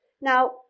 Now